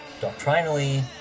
doctrinally